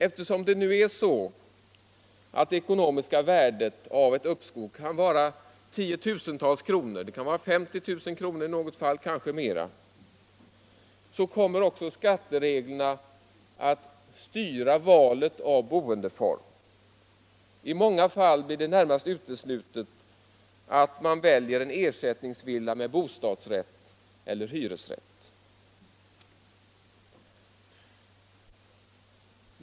Eftersom det nu är så, att det ekonomiska värdet av ett uppskov kan vara tiotusentals kronor — det kan vara 50 000 kr., i något fall kanske mera —- kommer också skattereglerna att styra valet av boendeform. I många fall blir det närmast uteslutet att man väljer en ersättningsvilla med bostadsrätt eller hyresrätt.